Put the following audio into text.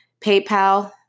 PayPal